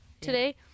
today